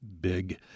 big